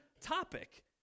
topic